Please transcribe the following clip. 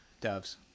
doves